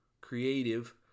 creative